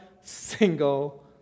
single